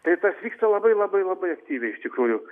tai tas vyksta labai labai labai aktyviai iš tikrųjų